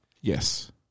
Yes